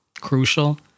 crucial